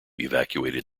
evacuated